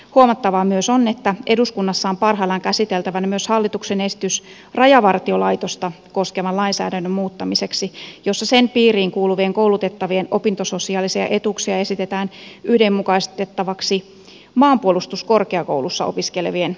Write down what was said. huomattavaa myös on että eduskunnassa on parhaillaan käsiteltävänä myös hallituksen esitys rajavartiolaitosta koskevan lainsäädännön muuttamiseksi jossa sen piiriin kuuluvien koulutettavien opintososiaalisia etuuksia esitetään yhdenmukaistettaviksi maanpuolustuskorkeakoulussa opiskelevien etuisuuksien kanssa